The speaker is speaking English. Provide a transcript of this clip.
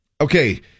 Okay